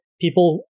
people